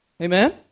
Amen